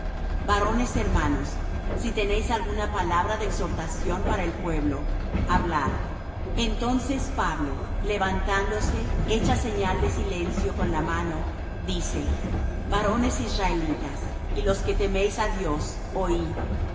varones hermanos si tenéis alguna palabra de exhortación para el pueblo hablad entonces pablo levantándose hecha señal de silencio con la mano dice varones israelitas y los que teméis á dios